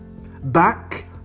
back